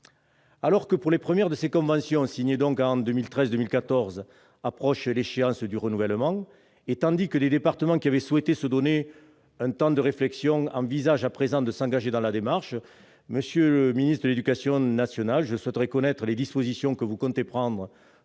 Alors que, pour les premières de ces conventions, signées en 2013-2014, approche l'échéance du renouvellement, et tandis que des départements qui avaient souhaité se donner un temps de réflexion envisagent à présent de s'engager dans la démarche, je souhaiterais, monsieur le ministre de l'éducation nationale, connaître les dispositions que vous comptez prendre